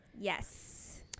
Yes